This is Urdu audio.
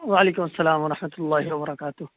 وعلیکم السلام ورحمۃ اللہ وبرکاتہ